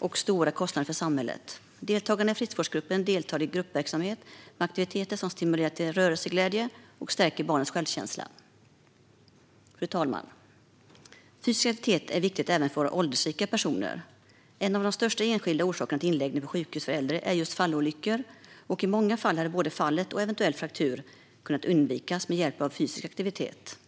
medför stora kostnader för samhället. Deltagarna i friskvårdsgruppen deltar i gruppverksamhet med aktiviteter som stimulerar till rörelseglädje och stärker barnens självkänsla. Fru talman! Fysisk aktivitet är viktigt även för åldersrika personer. En av de största enskilda orsakerna till inläggning på sjukhus för äldre är just fallolyckor. I många fall hade både fallet och eventuell fraktur kunnat undvikas med hjälp av fysisk aktivitet.